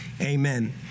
amen